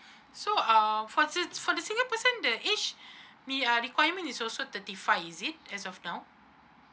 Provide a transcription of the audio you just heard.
so uh for the for the single person the age we are requirement is also thirty five is it as of now